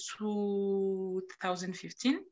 2015